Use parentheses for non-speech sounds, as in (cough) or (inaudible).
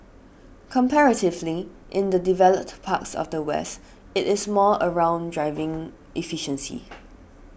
comparatively in the developed parts of the West it is more around driving efficiency (noise)